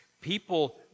People